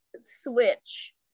switch